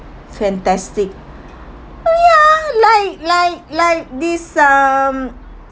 fantastic oh ya like like like this um